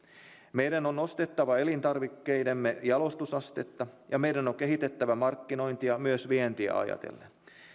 meidän on nostettava elintarvikkeidemme jalostusastetta ja meidän on kehitettävä markkinointia myös vientiä ajatellen